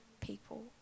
people